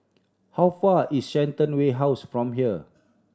how far is Shenton House from here